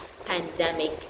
pandemic